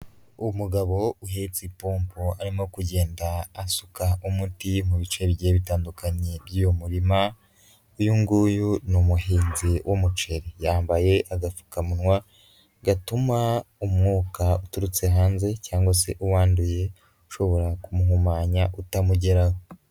Umugabo uhetse ipompo, arimo kugenda asuka umuti mu bice bigiye bitandukanye by'uyu murima. Uyu nguyu ni umuhinzi w'umuceri. Yambaye agapfukawa, gatuma umwuka uturutse hanze cyangwa se uwanduye, ushobora kumuhumanya utamugeraho.